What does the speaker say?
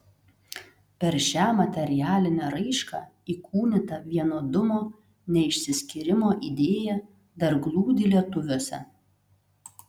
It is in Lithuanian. per šią materialinę raišką įkūnyta vienodumo neišsiskyrimo idėja dar glūdi lietuviuose